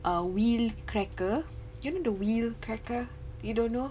uh wheel cracker you know the wheel cracker you don't know